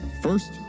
First